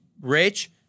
rich